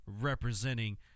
representing